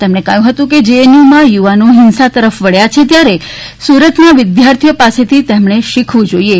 તેમણે કહ્યું હતું કે જેએનયુમાં યુવાનો હિંસા તરફ વળ્યાં છે ત્યારે તેમણે સુરતના વિદ્યાર્થીઓ પાસેથી કંઇક શીખવું જોઇએ